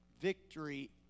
Victory